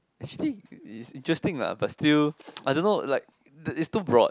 actually is interesting lah but still I don't know like the it's too broad